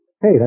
Hey